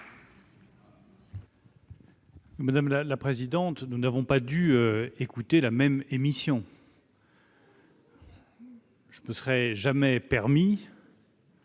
Madame la présidente, nous n'avons pas dû écouter la même émission. Je ne me serais jamais permis,